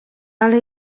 ale